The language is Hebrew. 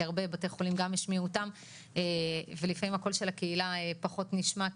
הרבה בתי חולים גם נשמעו ולפעמים הקול של הקהילה פחות נשמע,